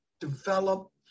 develop